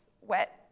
wet